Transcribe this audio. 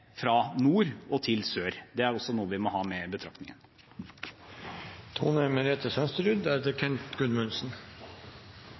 fra nord og til sør. Det er også noe vi må ta med